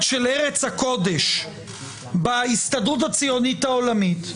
של סיעת ארץ הקודש בהסתדרות הציונית העולמית,